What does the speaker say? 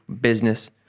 business